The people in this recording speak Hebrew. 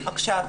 עכשיו.